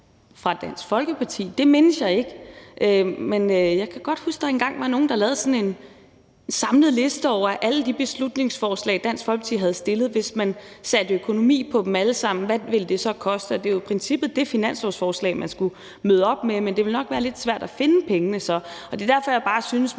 fra Dansk Folkeparti, og det mindes jeg ikke. Men jeg kan godt huske, at der engang var nogle, der lavede sådan en samlet liste over alle de beslutningsforslag, som Dansk Folkeparti havde fremsat, og hvad det, hvis man satte økonomi på dem alle sammen, så ville koste, og det var jo i princippet det finanslovsforslag, man skulle møde op med. Men det vil så nok være lidt svært at finde pengene, og det er bare derfor, jeg synes,